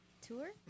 tour